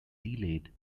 delayed